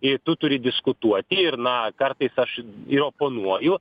ir tu turi diskutuoti ir na kartais aš ir oponuoju